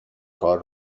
کار